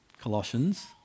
Colossians